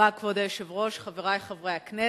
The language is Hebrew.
כבוד היושב-ראש, תודה רבה, חברי חברי הכנסת,